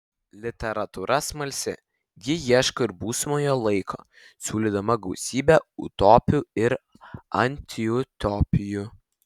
literatūra smalsi ji ieško ir būsimojo laiko siūlydama gausybę utopijų ir antiutopijų